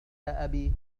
أبي